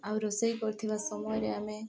ଆଉ ରୋଷେଇ କରୁଥିବା ସମୟରେ ଆମେ